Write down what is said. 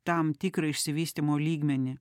tam tikrą išsivystymo lygmenį